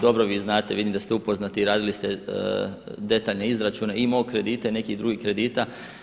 Dobro vi znate, vidim da ste upoznati i radili ste detaljne izračune i mog kredita i nekih drugih kredita.